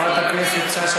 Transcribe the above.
אני רוצה להפריע, אוקיי?